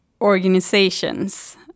organizations